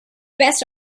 best